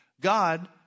God